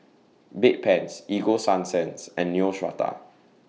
Bedpans Ego Sunsense and Neostrata